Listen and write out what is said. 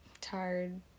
tired